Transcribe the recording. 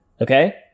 Okay